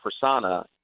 persona